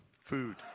Food